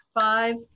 five